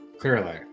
Clearly